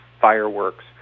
fireworks